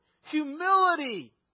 Humility